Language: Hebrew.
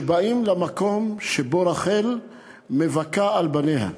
שבאים למקום שבו רחל מבכה על בניה.